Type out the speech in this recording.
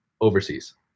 overseas